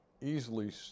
easily